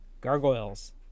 Gargoyles